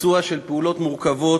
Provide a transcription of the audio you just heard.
לביצוע של פעולות מורכבות,